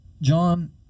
John